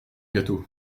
gâteaux